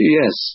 yes